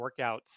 workouts